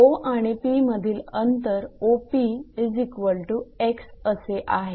O आणि P मधील अंतर 𝑂𝑃𝑥 असे आहे